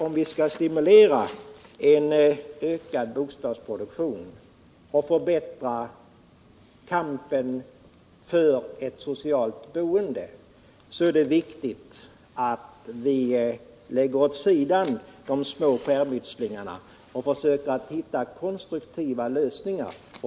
Om vi skall stimulera till en ökad bostadsproduktion och förbättra kampen för ett socialt boende är det viktigt att lägga åt sidan de små skärmytslingarna och försöka hitta konstruktiva lösningar.